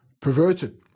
perverted